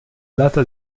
data